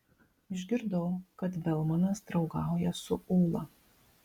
išgirdau kad belmanas draugauja su ūla